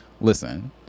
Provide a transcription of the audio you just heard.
Listen